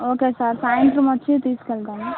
okay sir సాయంత్రం వచ్చి తీసుకెళ్తాము